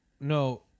no